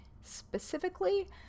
specifically